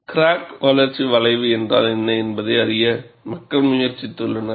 crack வளர்ச்சி வளைவு என்றால் என்ன என்பதை அறிய மக்கள் முயற்சித்துள்ளனர்